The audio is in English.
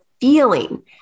feeling